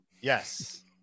yes